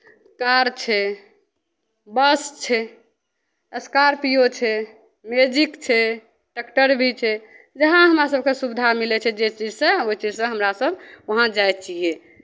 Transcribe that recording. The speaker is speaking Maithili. कार छै बस छै स्कार्पिओ छै मैजिक छै टेक्टर भी छै जहाँ हमरा सभकेँ सुविधा मिलै छै जे चीजसँ हमरासभ उहाँ जाइ छियै